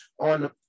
on